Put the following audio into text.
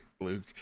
Luke